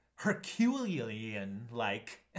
Herculean-like